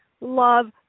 love